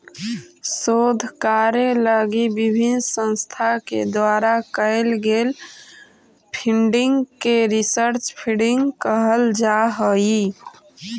शोध कार्य लगी विभिन्न संस्था के द्वारा कैल गेल फंडिंग के रिसर्च फंडिंग कहल जा हई